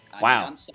Wow